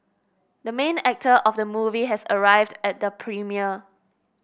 the main actor of the movie has arrived at the premiere